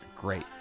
great